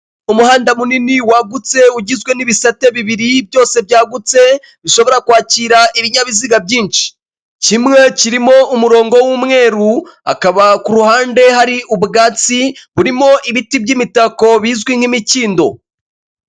Umuhanda munini wagutse ugizwe n'ibisate bibiri byose byagutse bishobora kwakira ibinyabiziga byinshi, kimwe kirimo umurongo w'umweru akaba ku ruhande hari ubwatsi burimo ibiti by'imitako bizwi nk'imikindo.